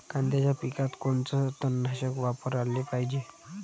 कांद्याच्या पिकात कोनचं तननाशक वापराले पायजे?